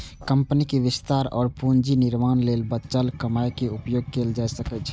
कंपनीक विस्तार और पूंजी निर्माण लेल बचल कमाइ के उपयोग कैल जा सकै छै